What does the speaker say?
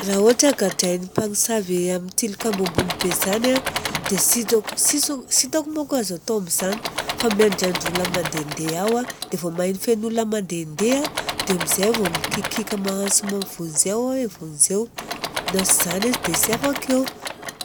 Raha ohatra gadrain'ny mpamosavy amin'ny tilikambo ambony be zany an dia tsitako, tsitako, tsitako moko azo atao amin'izany, fa miandriandry olona mandehandeha ao aho. Dia vao maheno feon'olona mandehandeha dia amizay iaho vao mikikiaka magnantso vonjeo aho e, vonjeo. Na tsy izany izy dia tsy afaka eo.